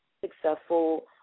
successful